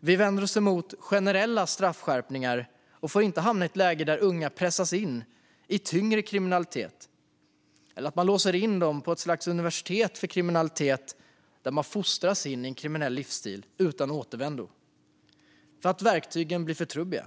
Vi vänder oss mot generella straffskärpningar; vi får inte hamna i ett läge där unga pressas in i tyngre kriminalitet eller att man låser in dem i ett slags universitet för kriminalitet där de fostras in i en kriminell livsstil utan återvändo för att våra verktyg har blivit för trubbiga.